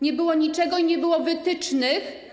Nie było niczego, nie było wytycznych.